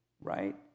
right